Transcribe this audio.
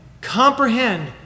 comprehend